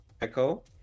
Echo